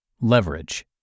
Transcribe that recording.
Leverage